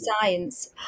science